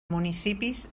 municipis